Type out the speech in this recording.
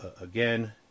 again